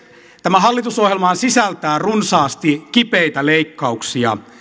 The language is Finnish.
tämä hallitusohjelmahan sisältää runsaasti kipeitä leikkauksia